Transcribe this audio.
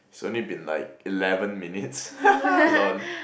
it's only been like eleven minutes ha ha lol